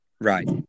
right